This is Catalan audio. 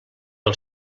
del